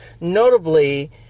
notably